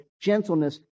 gentleness